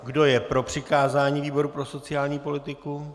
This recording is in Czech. Kdo je pro přikázání výboru pro sociální politiku?